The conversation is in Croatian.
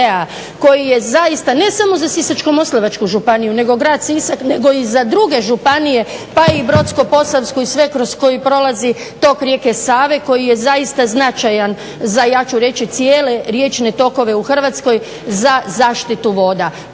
koji je zaista ne samo za Sisačko-moslavačku županiju nego grad Sisak nego i za druge županije pa i Brodsko-Posavsku i sve kroz koji prolazi tok rijeke Save koji je zaista značajan za ja ću reći cijele riječne tokove u Hrvatskoj za zaštitu voda.